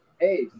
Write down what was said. Hey